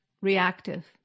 reactive